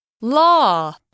law